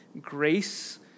grace